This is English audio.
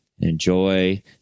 enjoy